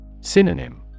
Synonym